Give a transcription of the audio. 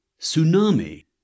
Tsunami